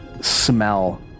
smell